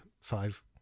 five